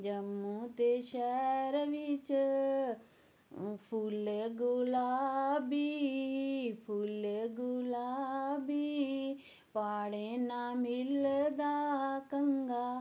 जम्मू ते शैह्र बिच्च फुल्ल गुलाबी फुल्ल गुलाबी प्हाड़ें ना मिलदा कंघा